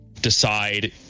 decide